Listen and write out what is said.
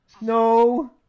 No